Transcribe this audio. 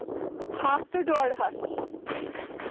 ہَتھ تہٕ ڈۄڈ ہَتھ